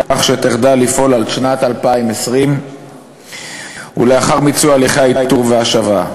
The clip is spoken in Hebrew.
כך שתחדל לפעול עד שנת 2020 ולאחר מיצוי הליכי איתור וההשבה.